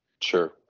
Sure